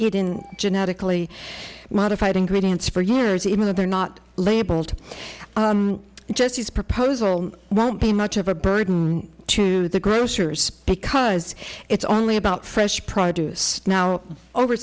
not genetically modified ingredients for years even though they're not labeled jesse's proposal won't be much of a burden to the grocers because it's only about fresh produce now over